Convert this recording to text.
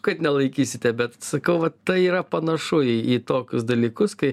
kad nelaikysite bet sakau va tai yra panašu į į tokius dalykus kai